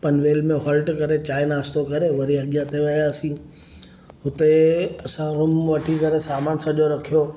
पनवेल मे होल्ट करे चांहि नास्तो करे वरी अॻियां ते वियासीं हुते असां रूम वठी करे सामाणु सॼो रखियो